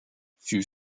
fut